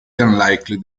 unlikely